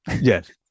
Yes